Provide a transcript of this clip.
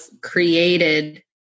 created